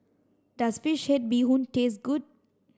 does fish head bee hoon taste good